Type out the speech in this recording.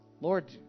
Lord